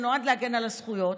שנועד להגן על הזכויות,